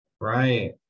Right